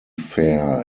fair